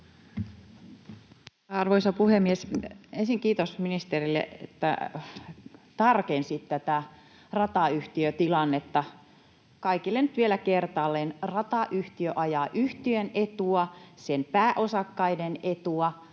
Arvoisa puhemies! Ensin kiitos ministerille, että tarkensit tätä ratayhtiötilannetta. Kaikille nyt vielä kertaalleen: ratayhtiö ajaa yhtiön etua, sen pääosakkaiden etua,